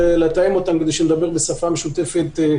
לתאם אותם כדי לדבר בשפה משותפת,